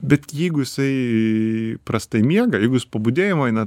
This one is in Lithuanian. bet jeigu jisai prastai miega jeigu jis po budėjimo eina